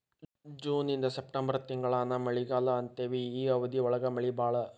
June ಇಂದ September ತಿಂಗಳಾನ ಮಳಿಗಾಲಾ ಅಂತೆವಿ ಈ ಅವಧಿ ಒಳಗ ಮಳಿ ಬಾಳ